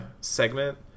segment